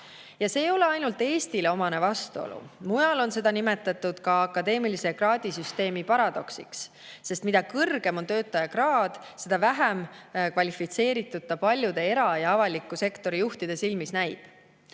Ja see ei ole ainult Eestile omane vastuolu. Mujal on seda nimetatud ka akadeemilise kraadisüsteemi paradoksiks, sest mida kõrgem on töötaja kraad, seda vähem kvalifitseeritud ta paljude era‑ ja avaliku sektori juhtide silmis näib.